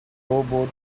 rowboat